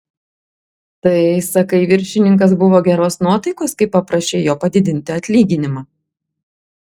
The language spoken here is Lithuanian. tai sakai viršininkas buvo geros nuotaikos kai paprašei jo padidinti atlyginimą